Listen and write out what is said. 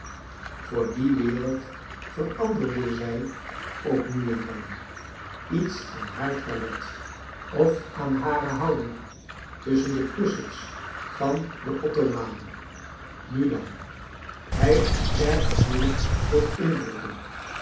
voor die wereld veranderde zij ook nu en dan iets aan haar toilet of aan hare houding tusschen de kussens van de ottomane nu dan hij is erg gevoelig voor indrukken